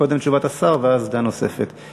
קודם תשובת השר ואז עמדה נוספת.